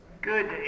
Good